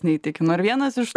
neįtikino ir vienas iš